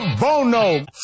Bono